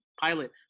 pilot